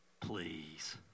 Please